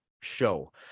show